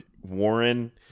Warren